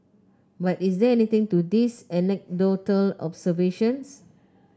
but is there anything to these anecdotal observations